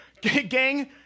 Gang